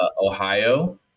Ohio